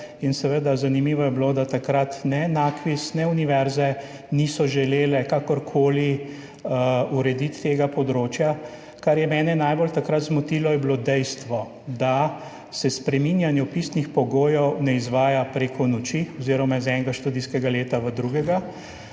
zanimivo, da takrat ne NAKVIS ne univerze niso želele kakor koli urediti tega področja. Kar je mene takrat najbolj zmotilo, je bilo dejstvo, da se spreminjanje vpisnih pogojev ne izvaja prek noči oziroma iz enega študijskega leta v drugega,